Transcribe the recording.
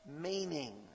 meaning